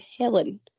helen